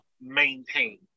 maintain